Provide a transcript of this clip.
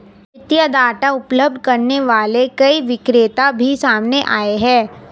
वित्तीय डाटा उपलब्ध करने वाले कई विक्रेता भी सामने आए हैं